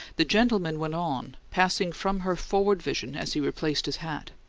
the gentleman went on, passing from her forward vision as he replaced his hat.